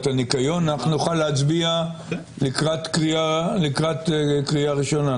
הניקיון נוכל להצביע לקראת קריאה ראשונה,